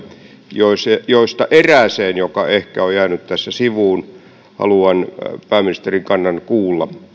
joista joista erääseen joka ehkä on jäänyt tässä sivuun haluan pääministerin kannan kuulla